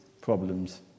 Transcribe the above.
problems